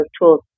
tools